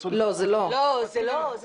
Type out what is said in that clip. לא, זה לא.